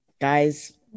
Guys